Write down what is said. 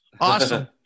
Awesome